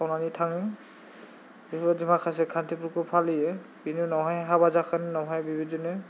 बावनानै थाङो बेबादि माखासे खान्थिफोरखौ फालियो बेनि उनावहाय हाबा जाखांनायनि उनावहाय बेबादिनो